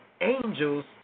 angels